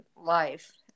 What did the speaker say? life